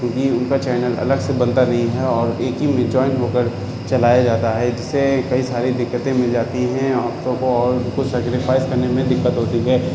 کیونکہ ان کا چینل الگ سے بنتا نہیں ہے اور ایک ہی میں جوائن ہو کر چلایا جاتا ہے جس سے کئی ساری دقتیں مل جاتی ہیں عورتوں کو اور ان کو سیکریفائز کرنے میں دقت ہوتی ہے